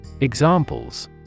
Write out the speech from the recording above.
Examples